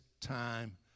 time